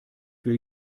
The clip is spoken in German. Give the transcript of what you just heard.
will